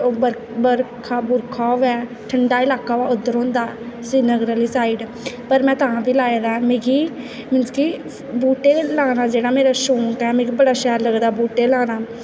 बरखा बुरखा होऐ ठंडा इलाका होऐ उद्धर होंदा श्रीनगर आह्ली साईड़ पर में तां बी लाए दा ऐ मीनस कि बूह्टे लाना जेह्का मेरा शौंक ऐ मिगी बड़ा सैल लगदा बूह्टे लाना